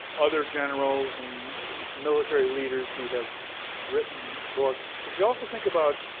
other generals and military leaders who have written books, but you also think about